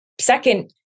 second